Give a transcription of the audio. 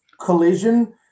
collision